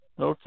Okay